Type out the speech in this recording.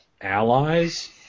allies